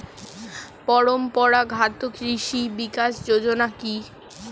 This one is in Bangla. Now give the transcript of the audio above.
পরম্পরা ঘাত কৃষি বিকাশ যোজনা কি?